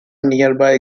nearby